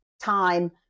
time